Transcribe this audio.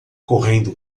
correndo